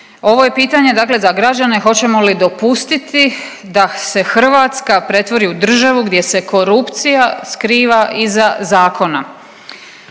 Ovo je pitanje dakle za građane hoćemo li dopustiti da se Hrvatska pretvori u državu gdje se korupcija skriva iza zakona.